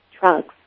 drugs